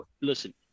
Listen